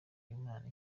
imana